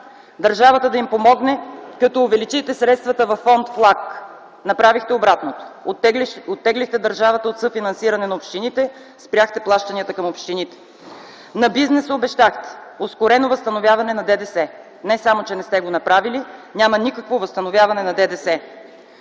държавата да им помогне, като увеличите средствата във Фонд ФЛАГ. Направихте обратното – оттеглихте държавата от съфинансиране на общините, спряхте плащанията към общините. На бизнеса обещахте ускорено възстановяване на ДДС. Не само че не сте го направили, няма никакво възстановяване на ДДС.